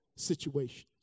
situations